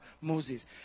Moses